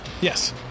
yes